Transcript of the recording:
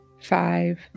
five